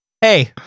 Hey-